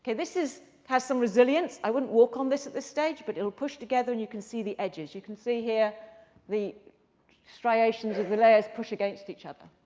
this has some resilience. i wouldn't walk on this at this stage, but it will push together and you can see the edges. you can see here the striations of the layers push against each other.